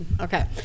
Okay